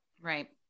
Right